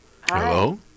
Hello